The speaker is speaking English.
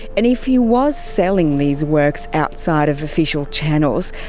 and if he was selling these works outside of official channels.